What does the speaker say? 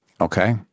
Okay